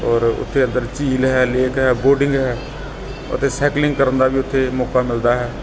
ਔਰ ਉੱਥੇ ਅੰਦਰ ਝੀਲ ਹੈ ਲੇਕ ਹੈ ਬੋਰਡਿੰਗ ਹੈ ਅਤੇ ਸੈਕਲਿੰਗ ਕਰਨ ਦਾ ਵੀ ਉੱਥੇ ਮੌਕਾ ਮਿਲਦਾ ਹੈ